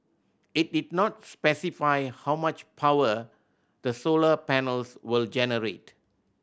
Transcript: it did not specify how much power the solar panels will generate